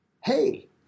hey